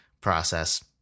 process